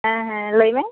ᱦᱮᱸ ᱦᱮᱸ ᱞᱟᱹᱭᱢᱮ